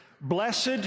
Blessed